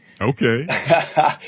Okay